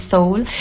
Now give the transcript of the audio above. Soul